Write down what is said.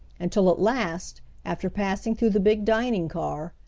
until at last, after passing through the big dining car,